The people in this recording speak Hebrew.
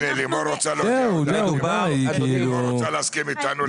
הנה, לימור רוצה להסכים איתנו.